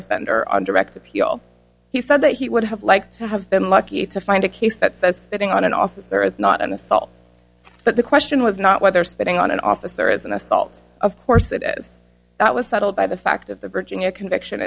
offender on direct appeal he said that he would have liked to have been lucky to find a case that spitting on an officer is not an assault but the question was not whether spitting on an officer is an assault of course that is that was settled by the fact of the birching a conviction